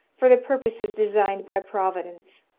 for the purposes designed by providence,